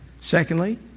Secondly